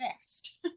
fast